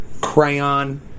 crayon